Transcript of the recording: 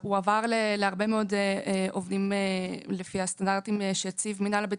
שהוא עבר להרבה מאוד עובדים לפי הסטנדרטים שהציב מינהל הבטיחות,